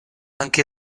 anche